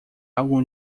algum